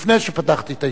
לפני שפתחתי את הישיבה.